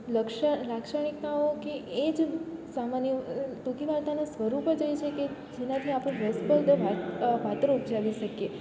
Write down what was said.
લાક્ષણિકતાઓ કે એ જ સામાન્ય ટૂંકી વાર્તાનું સ્વરૂપ જ એ છે કે જેનાથી આપણે રસપ્રદ પાત્રો ઉપજાવી શકીએ